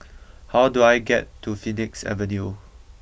how do I get to Phoenix Avenue